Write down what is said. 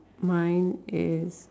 mine is